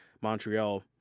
Montreal